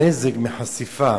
הנזק מחשיפה